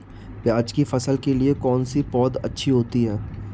प्याज़ की फसल के लिए कौनसी पौद अच्छी होती है?